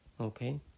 okay